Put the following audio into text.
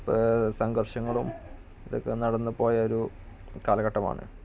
സംഘർഷങ്ങളും ഇതൊക്കെ നടന്നു പോയൊരു കാലഘട്ടമാണ്